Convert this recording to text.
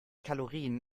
kalorien